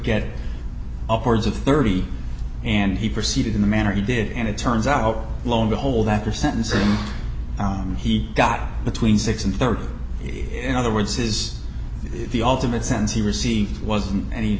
get upwards of thirty and he proceeded in the manner he did and it turns out lone behold after sentencing he got between six and thirty if other words is the ultimate sense he received wasn't any